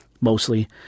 mostly